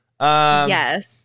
Yes